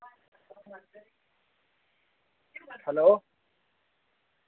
hello